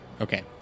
Okay